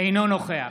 אינו נוכח